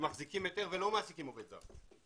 שמחזיקים היתר ולא מעסיקים עובד זר,